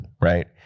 right